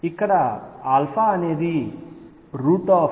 ఇక్కడ α అనేది √2mE2